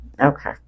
Okay